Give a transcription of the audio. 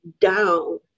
down